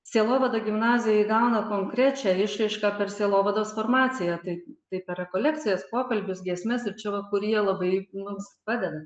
sielovada gimnazijoj įgauna konkrečią išraišką per sielovados formaciją tai tai per rekolekcijas pokalbius giesmes ir čia va kurija labai mums padeda